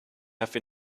have